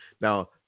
Now